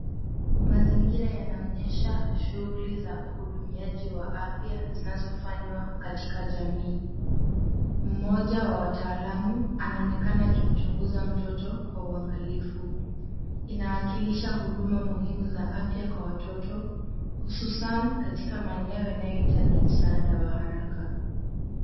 Mazingira yanaonyesha shughuli za uhudumiaji wa afya zinazofanywa katika jamii. Mmoja wa wataalumu anaonekana akimchunguza mtoto kwa uangalifu. Inawakilisha huduma muhimu za afya kwa watoto husasan katika maeneo yanayohitaji msaada wa haraka.